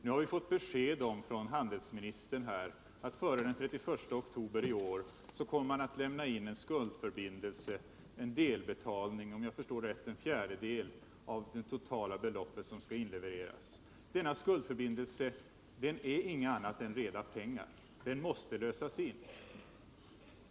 Nu har vi av handelsministern fått besked om att före den 31 oktober i år kommer man att lämna en skuldförbindelse, en delbetalning efter vad jag förstått på en fjärdedel av det totala belopp som skall inlevereras. Denna skuldförbindelse är ingenting annat än reda pengar — den måste lösas in.